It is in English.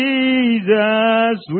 Jesus